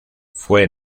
fue